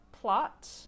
plot